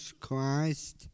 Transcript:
Christ